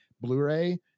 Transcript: Blu-ray